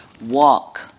Walk